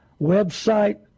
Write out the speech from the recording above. Website